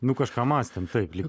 nu kažką mąstėm taip lyg